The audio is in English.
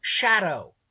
shadow